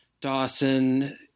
Dawson